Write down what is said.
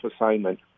assignment